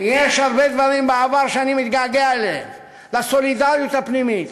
יש הרבה דברים בעבר שאני מתגעגע אליהם: לסולידריות הפנימית,